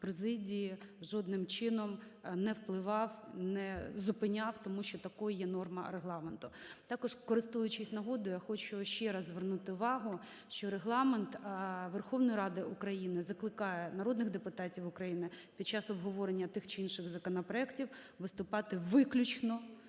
президії жодним чином не впливав, не зупиняв, тому що такою є норма Регламенту. Також, користуючись нагодою, я хочу ще раз звернути увагу, що Регламент Верховної Ради України закликає народних депутатів України під час обговорення тих чи інших законопроектів виступати виключно